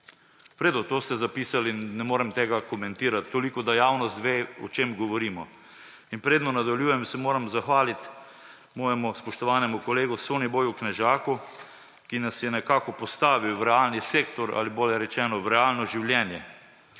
redu, to ste zapisali, ne morem tega komentirati. Toliko, da javnost ve, o čem govorimo. Predno nadaljujem, se moram zahvaliti svojemu spoštovanemu kolegu Soniboju Knežaku, ki nas je postavil v realni sektor ali bolje rečeno v realno življenje.